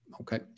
Okay